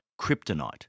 kryptonite